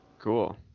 cool